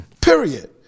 period